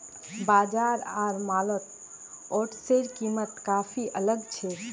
बाजार आर मॉलत ओट्सेर कीमत काफी अलग छेक